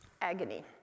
Agony